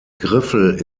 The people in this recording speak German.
griffel